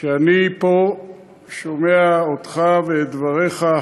שאני פה שומע אותך ואת דבריך,